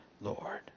Lord